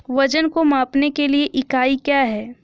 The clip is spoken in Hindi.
वजन को मापने के लिए इकाई क्या है?